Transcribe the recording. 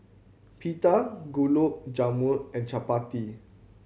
Pita Gulab Jamun and Chapati